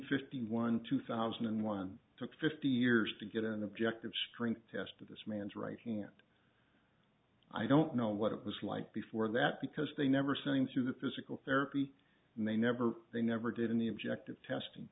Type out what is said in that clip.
fifty one two thousand and one took fifty years to get an objective strength test of this man's right hand i don't know what it was like before that because they never seen through the physical therapy and they never they never did in the objective testing